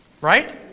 right